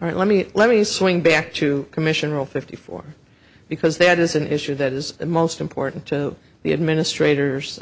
right let me let me swing back to commissioner all fifty four because that is an issue that is most important to the administrators